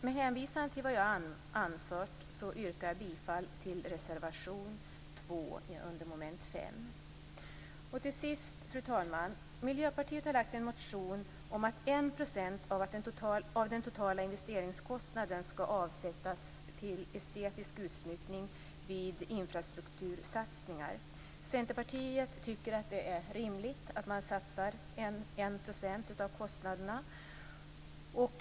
Med hänvisning till vad jag här har anfört yrkar jag bifall till reservation 2 under mom. 5. Till sist, fru talman: Miljöpartiet har väckt en motion om att motsvarande 1 % av den totala investeringskostnaden skall avsättas till estetisk utsmyckning vid infrastruktursatsningar. Vi i Centerpartiet tycker att det är rimligt att satsa motsvarande 1 % av kostnaderna.